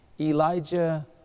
Elijah